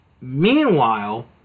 Meanwhile